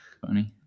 Funny